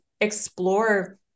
explore